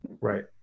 Right